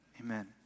amen